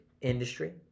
industry